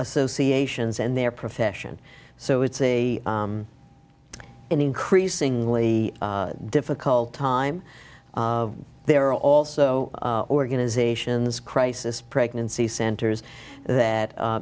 associations and their profession so it's a in increasingly difficult time there are also organizations crisis pregnancy centers that